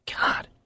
God